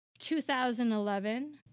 2011